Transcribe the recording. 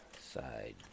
side